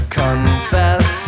confess